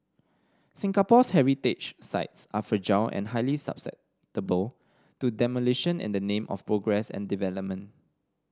Singapore's heritage sites are fragile and highly susceptible to demolition in the name of progress and development